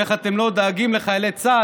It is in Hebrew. ואיך אתם לא דואגים לחיילי צה"ל?